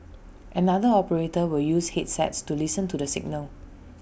another operator will use headsets to listen to the signal